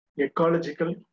Ecological